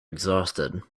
exhausted